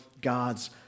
God's